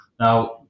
Now